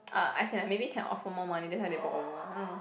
uh as in maybe can offer more money that's why they bought over I don't know